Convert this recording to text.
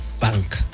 bank